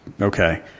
Okay